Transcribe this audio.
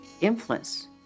influence